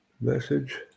Message